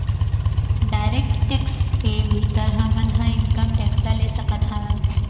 direct tax के भीतर हमन ह इनकम टेक्स ल ले सकत हवँन